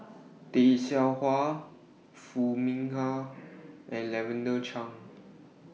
Tay Seow Huah Foo Mee Har and Lavender Chang